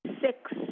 six